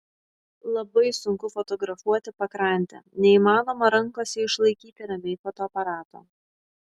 labai sunku fotografuoti pakrantę neįmanoma rankose išlaikyti ramiai fotoaparato